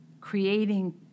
creating